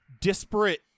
disparate